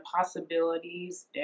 possibilities